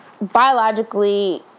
biologically